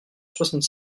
soixante